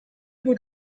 gut